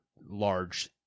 large